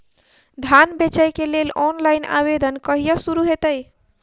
धान बेचै केँ लेल ऑनलाइन आवेदन कहिया शुरू हेतइ?